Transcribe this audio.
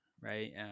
right